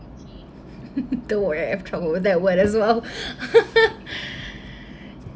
don't worry I've trouble with that word as well